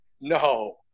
No